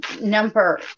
number